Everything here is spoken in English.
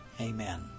Amen